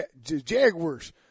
Jaguars